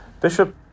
Bishop